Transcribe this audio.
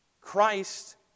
Christ